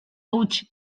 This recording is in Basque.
huts